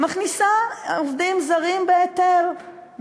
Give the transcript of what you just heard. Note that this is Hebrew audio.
מכניסה עובדים זרים בהיתר,